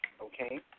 Okay